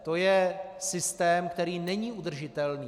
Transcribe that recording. To je systém, který není udržitelný.